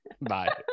bye